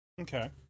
Okay